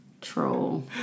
Troll